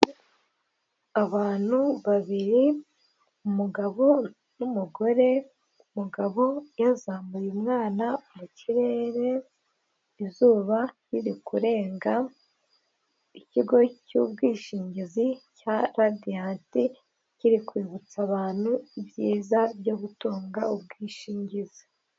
Abantu babiri, umugabo n'umugore, umugabo yazamuye umwana mu kirere, izuba riri kurenga, ikigo cy'ubwishingizi cya RADIANT kiri kwibutsa abantu ibyiza byo gutunga ubwishingizi.